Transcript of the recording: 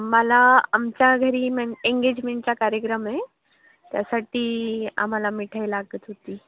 मला आमच्या घरी मेन एंगेजमेंटचा कार्यक्रम आहे त्यासाठी आम्हाला मिठाई लागत होती